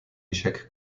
échec